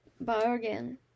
bargain